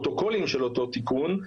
הפרוטוקולים של אותו תיקון,